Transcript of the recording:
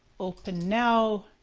open now.